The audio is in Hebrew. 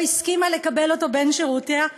לא הסכימה לקבל אותו בין שורותיה,